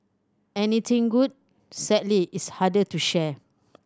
anything good sadly is harder to share